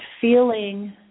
feeling